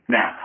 Now